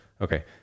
Okay